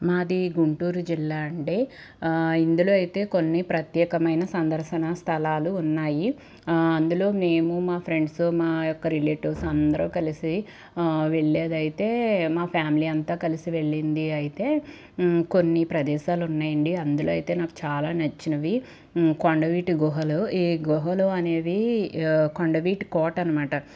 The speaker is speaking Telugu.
మాది గుంటూరు జిల్లా అండీ ఇందులో అయితే కొన్ని ప్రత్యేకమైన సందర్శన స్థలాలు ఉన్నాయి అందులో మేము మా ఫ్రెండ్స్ మా యొక్క రిలేటివ్స్ అందరూ కలిసి వెళ్ళేది అయితే మా ఫ్యామిలీ అంతా కలిసి వెళ్ళింది అయితే కొన్ని ప్రదేశాలు ఉన్నాయండీ అందులో అయితే నాకు చాలా నచ్చినవి కొండవీటి గుహలు ఈ గుహలు అనేవి కొండవీటి కోట అనమాట